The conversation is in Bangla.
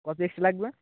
কতো এক্সট্রা লাগবে